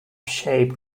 shaped